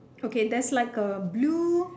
okay there's like a blue